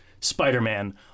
Spider-Man